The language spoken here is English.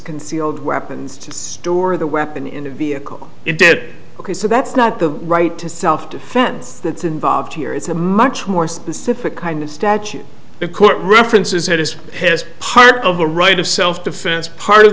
concealed weapons to store the weapon in a vehicle it did so that's not the right to self defense that's involved here it's a much more specific kind of statute the court references it is as part of a right of self defense part of